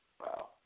Wow